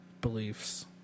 beliefs